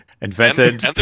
Invented